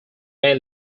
may